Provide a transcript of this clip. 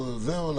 זהו?